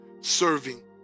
serving